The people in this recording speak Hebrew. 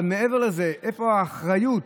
אבל מעבר לזה, איפה האחריות